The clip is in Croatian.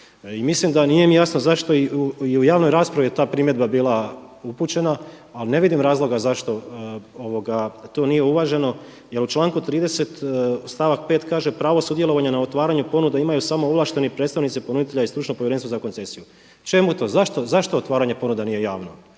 mislim da, nije mi jasno zašto i u javnoj raspravi je ta primjedba bila upućena ali ne vidim razloga zašto to nije uvaženo jer u članku 30. stavak 5. kaže: „Pravo sudjelovanja na otvaranju ponuda imaju samo ovlašteni predstavnici ponuditelja i stručno povjerenstvo za koncesiju.“ Čemu to, zašto otvaranje ponuda nije jasno?